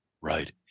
Right